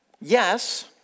yes